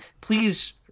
Please